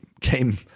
came